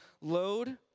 load